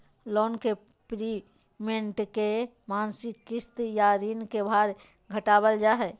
loan के prepayment करके मासिक किस्त या ऋण के भार घटावल जा हय